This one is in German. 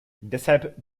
deshalb